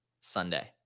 Sunday